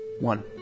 one